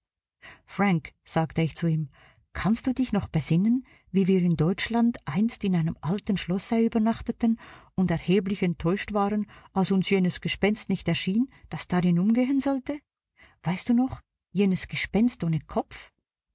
frank sagte ich zu ihm kannst du dich noch besinnen wie wir in deutschland einst in einem alten schlosse übernachteten und erheblich enttäuscht waren als uns jenes gespenst nicht erschien das darin umgehen sollte weißt du noch jenes gespenst ohne kopf